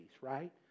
right